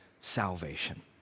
salvation